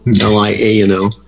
L-I-A-N-O